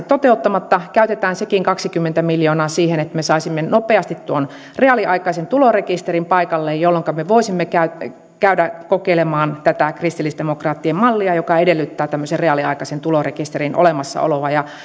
toteuttamatta käytetään sekin kaksikymmentä miljoonaa siihen että me saisimme nopeasti tuon reaaliaikaisen tulorekisterin paikalleen jolloinka me voisimme käydä kokeilemaan tätä kristillisdemokraattien mallia joka edellyttää tämmöisen reaaliaikaisen tulorekisterin olemassaoloa ja